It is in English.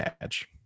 badge